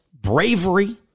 bravery